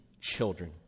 children